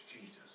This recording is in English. Jesus